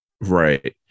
Right